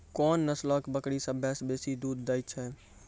कोन नस्लो के बकरी सभ्भे से बेसी दूध दै छै?